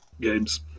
games